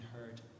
heard